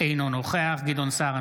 אינו נוכח גדעון סער,